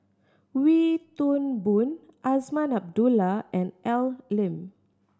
Wee Toon Boon Azman Abdullah and Al Lim